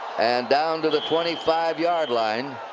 and down to the twenty five yard line.